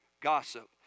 gossip